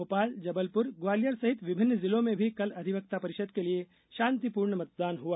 भोपाल जबलपुर ग्वालियर सहित विभिन्न जिलों में भी कल अधिवक्ता परिषद के लिए शांतिपूर्ण मतदान हुआ